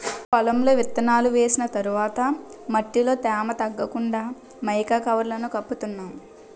పొలంలో విత్తనాలు వేసిన తర్వాత మట్టిలో తేమ తగ్గకుండా మైకా కవర్లను కప్పుతున్నాం